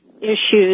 issues